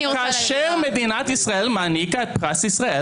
כאשר מדינת ישראל מעניקה את פרס ישראל